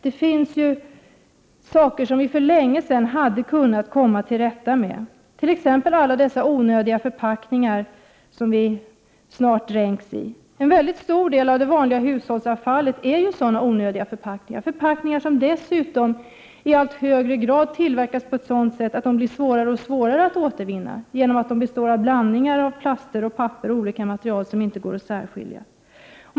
Det finns ju saker som vi för länge sedan hade kunnat komma till rätta med, t.ex. alla de onödiga förpackningar som vi snart dränks i. En mycket stor del av det vanliga hushållsavfallet består ju av sådana förpackningar, förpackningar som dessutom i allt högre grad tillverkas på ett sådant sätt att de blir svårare och svårare att återvinna på grund av att de består av blandningar av plaster, papper och andra material som inte går att särskilja.